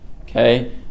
Okay